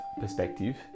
perspective